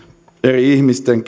eri ihmisten